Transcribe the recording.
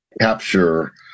capture –